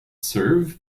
serve